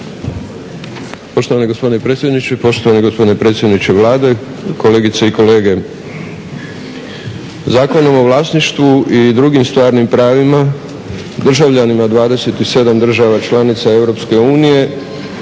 Poštovani gospodine predsjedniče, poštovani gospodine predsjedniče Vlade, kolegice i kolege. Zakonom o vlasništvu i drugim stvarnim pravima državljanima 27 država članica EU